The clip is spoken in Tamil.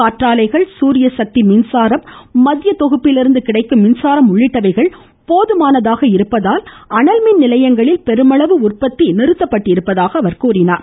காற்றாலைகள் மற்றும் சூரிய சக்தி மின்சாரம் மத்திய தொகுப்பிலிருந்து கிடைக்கும் மின்சாரம் உள்ளிட்டவைகள் போதுமானதாக இருப்பதால் அனல்மின் நிலையங்களில் பெருமளவு உற்பத்தி நிறுத்தப்பட்டிருப்பதாக கூறினார்